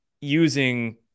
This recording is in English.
using